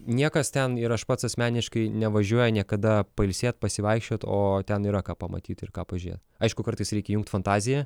niekas ten ir aš pats asmeniškai nevažiuoja niekada pailsėt pasivaikščiot o ten yra ką pamatyt ir ką pažiūrėt aišku kartais reikia įjungt fantaziją